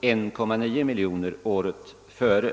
1,9 miljoner kronor året före.